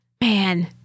man